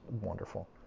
wonderful